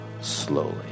slowly